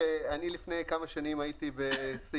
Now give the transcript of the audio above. לפני כמה שנים הייתי בסין.